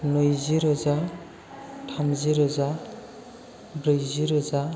नैजि रोजा थामजि रोजा ब्रैजि रोजा